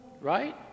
right